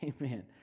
Amen